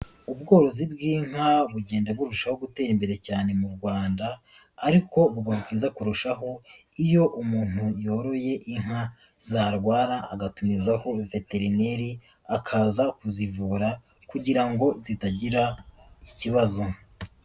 Ubworozi bw'inka bugenda burushaho gutera imbere cyane mu Rwanda ariko buba bwiza kurushaho, iyo umuntu yoroye inka zarwara agatumizaho veterineri, akaza kuzivura kugira ngo zitagira ikibazo.